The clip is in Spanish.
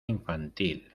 infantil